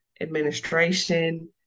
administration